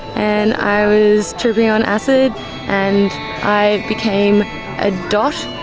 and i was tripping on acid and i became a dot,